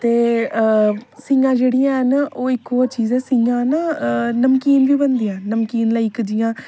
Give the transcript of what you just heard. ते आ सेइयां जेहडियां होन ओह् इक ओह् चीज ऐ सीयां ना नमकीन बी बनदियां ना नमकीन लाइक जियां